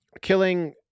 Killing